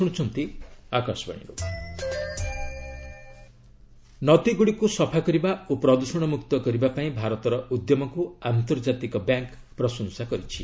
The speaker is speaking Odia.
ରିଭର୍ କ୍ଲିନିକ୍ ନଦୀଗୁଡ଼ିକ ସଫା କରିବା ଓ ପ୍ରଦ୍ଦଷଣମୁକ୍ତ କରିବାପାଇଁ ଭାରତର ଉଦ୍ୟମକୁ ଆନ୍ତର୍ଜାତିକ ବ୍ୟାଙ୍କ୍ ପ୍ରଶଂସା କରିଛି